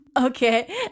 okay